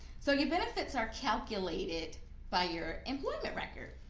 so your benefits are calculated by your employment record.